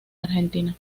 argentina